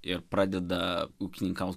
ir pradeda ūkininkaut